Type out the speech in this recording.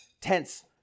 tense